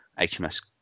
HMS